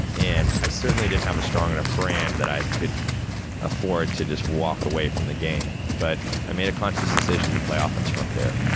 and i certainly didn't have a strong enough brand, that i could afford to just walk away from the game. but, i made a conscious decision to play offense from up there,